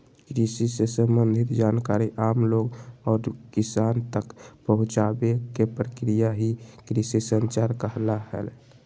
कृषि से सम्बंधित जानकारी आम लोग और किसान तक पहुंचावे के प्रक्रिया ही कृषि संचार कहला हय